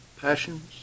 passions